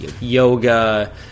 yoga